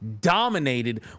dominated